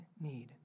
need